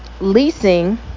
leasing